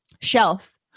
shelf